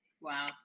Wow